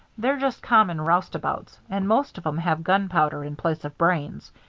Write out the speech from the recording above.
they're just common roustabouts, and most of em have gunpowder in place of brains.